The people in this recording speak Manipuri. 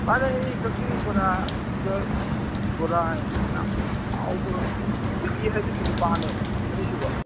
ꯃꯥꯅꯦ ꯑꯩ ꯀꯥꯛꯆꯤꯡ ꯕꯣꯔꯥꯗ ꯕꯣꯔꯥ ꯌꯥꯝ ꯍꯥꯎꯕ ꯕꯤꯕꯤ ꯍꯥꯏꯗꯨꯒꯤ ꯅꯨꯄꯥꯅꯦ ꯑꯅꯤꯁꯨꯕ